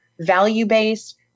value-based